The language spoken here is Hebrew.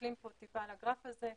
מסתכלים על הגרף הזה,